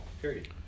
period